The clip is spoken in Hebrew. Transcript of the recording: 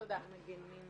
תודה.